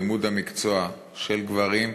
לימוד המקצוע של גברים,